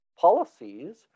policies